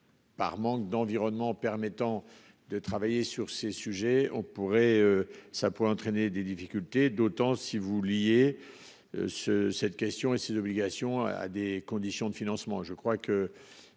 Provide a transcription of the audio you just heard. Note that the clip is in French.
Par manque d'environnement permettant de travailler sur ces sujets on pourrait ça pourrait entraîner des difficultés d'autant, si vous vouliez. Ce cette question et ses une obligations à des conditions de financement.